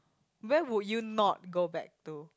where would you not go back to